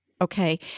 Okay